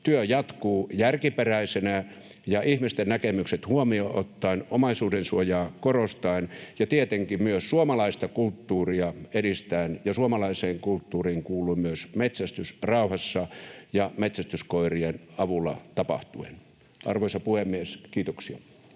työ jatkuu järkiperäisenä ja ihmisten näkemykset huomioon ottaen, omaisuudensuojaa korostaen ja tietenkin myös suomalaista kulttuuria edistäen, ja suomalaiseen kulttuuriin kuuluu myös metsästys rauhassa ja metsästyskoirien avulla tapahtuen. Arvoisa puhemies, kiitoksia.